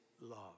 love